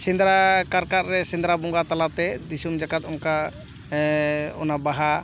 ᱥᱮᱸᱫᱨᱟ ᱠᱟᱨᱠᱟᱨ ᱨᱮ ᱥᱮᱸᱫᱨᱟ ᱵᱚᱸᱜᱟ ᱛᱟᱞᱟᱛᱮ ᱫᱤᱥᱚᱢ ᱡᱟᱠᱟᱛ ᱚᱱᱠᱟ ᱚᱱᱟ ᱵᱟᱦᱟ